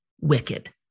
Wicked